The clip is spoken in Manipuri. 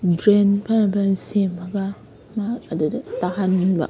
ꯗ꯭ꯔꯦꯟ ꯐꯖ ꯐꯖꯅ ꯁꯦꯝꯃꯒ ꯑꯗꯨꯗ ꯇꯥꯍꯟꯕ